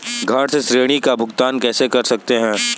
घर से ऋण का भुगतान कैसे कर सकते हैं?